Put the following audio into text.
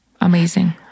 amazing